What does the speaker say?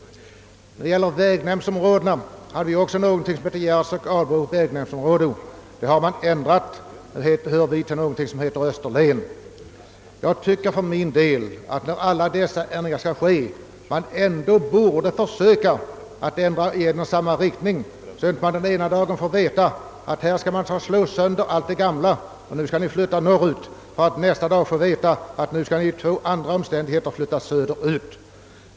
Vad vägnämndsområdena beträffar hade vi ett som hette Gärds och Albo vägnämndsområde. Det ändrades, och nu hör vi till Österlen. När alla dessa ändringar genomförts, tycker jag att man ändå bort försöka ändra i en och samma riktning, så att vi inte ena dagen får veta att det gamla skall slås sönder och att vi skall flytta norrut, medan vi nästa dag av andra orsaker skall flytta söderut.